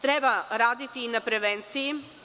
Treba raditi i na prevenciji.